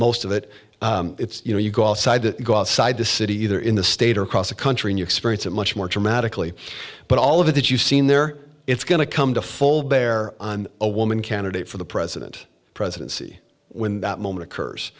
of it you know you go outside go outside the city either in the state or across the country and you experience it much more dramatically but all of it that you've seen there it's going to come to full bear on a woman candidate for the president presidency when that moment occurs